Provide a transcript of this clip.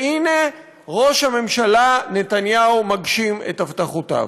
והנה, ראש הממשלה נתניהו מגשים את הבטחותיו.